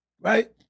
right